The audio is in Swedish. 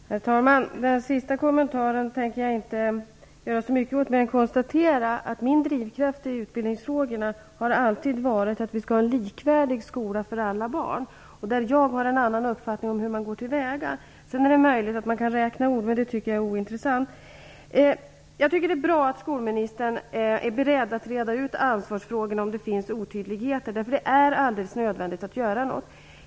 Herr talman! Den sista kommentaren tänker jag inte göra så mycket åt mer än att konstatera att min drivkraft i utbildningsfrågorna alltid har varit att vi skall ha en likvärdig skola för alla barn. Jag har där en annan uppfattning om hur man går till väga. Sedan är det möjligt att man kan räkna ord, men det tycker jag är ointressant. Jag tycker att det är bra att skolministern är beredd att reda ut ansvarsfrågorna om det finns otydligheter. Det är nödvändigt att göra något.